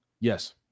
Yes